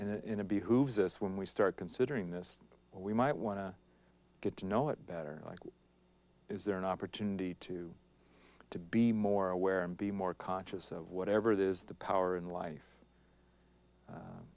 this when we start considering this we might want to get to know it better like is there an opportunity to to be more aware and be more conscious of whatever it is the power in life